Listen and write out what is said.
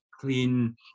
clean